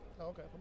Okay